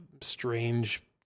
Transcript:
strange